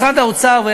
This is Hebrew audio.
משרד האוצר,